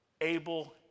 Abel